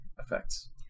effects